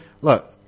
look